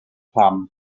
pam